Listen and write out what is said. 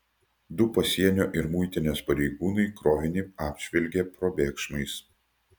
du pasienio ir muitinės pareigūnai krovinį apžvelgę probėgšmais